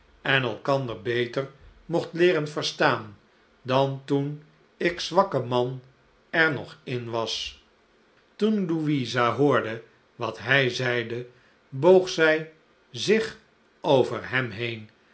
en elkander beter mocht leeren verstaan dan toen ik zwakke man er nog in was toen louisa hoorde wat hij zeide boog zij zich over hem heen